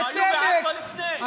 בצדק,